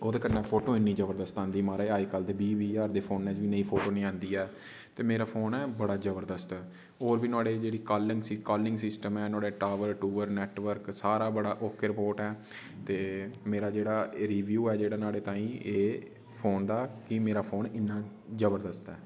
ओह्दे कन्ने फोटो इन्नी जबरदस्त आंदी महाराज अज्जकल बीह् बीह् ज्हार दे फोनें च बी नेही फोटो नी ओंदी ऐ ते मेरा फोन ऐ बड़ा जबरदस्त ते होर बी नोहाड़े जेहड़ी कालिंग सिस्टम ऐ कालिन शेलिंग नेटवर्क सारा बड़ा ओके रपोर्ट ऐ ते मेरा जेह्ड़ा रिव्यू ऐ नुहाड़े ताईं फोन दा कि मेरा फोन इ'न्ना जबरदस्त ऐ